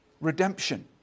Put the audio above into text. redemption